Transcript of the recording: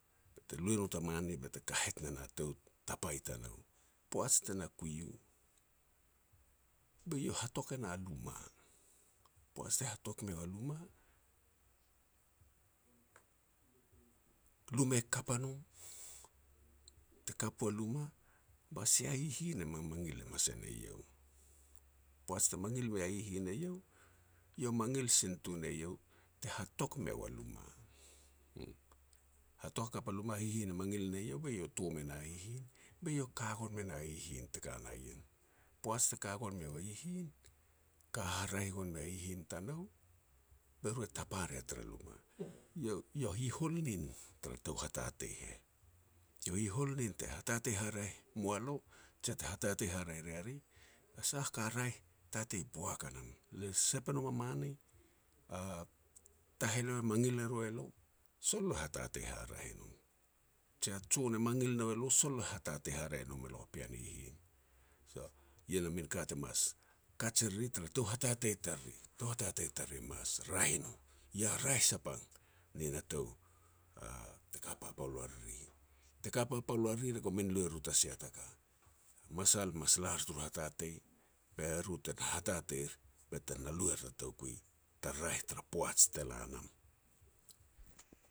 Bete lu e no mane bete kahet ne na a tou tapa i tanou. Poaj te na kui u be iau hatok e na luma. Poaj te hatok meu a luma luma kap a no, te kap u a luma ba sia hihin e mamangil hamas e ne eiau. Poaj te mangil mea hihin eiau, eiau mangil sin tun eiau te hatok meu a luma, uum. Hatok hakap a luma, hihin e mangil ne eiau, be eiau e tom e na hihin be iau ka gon me na hihin te ka na ien. Poaj te ka gon meu a hihin, ka haraeh gon mei hihin ta nou, be ru e tapa rea tara luma. Iau hihol nin tara tou hatatei heh. Iau hihol nin te hatatei haraeh moa lo, jia te hatatei haraeh ria ri, a sah a ka raeh tatei boak a nam. Le sep e nom a mane, taheleo e mangil e ru elo, sol lo hatatei haraeh i nom, jia jon e mangil e nou elo sol lo e hatatei haraeh i nom e lo a pean hihin. So, ien a min ka te mas kaj e riri tara tou hatatei tariri. Tou hatatei tariri e mas raeh i no, ia raeh sapang nin a tou te ka papal ua riri. Te ka papal ua riri, re gumin lu e ru ta sia taka. Masal mas lar tur hatatei, be ru te hatateir, bete na lu er ta toukui ta raeh tara poaj te la nam